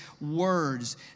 words